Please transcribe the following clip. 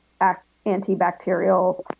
antibacterial